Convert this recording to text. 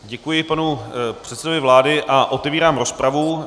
Děkuji panu předsedovi vlády a otevírám rozpravu.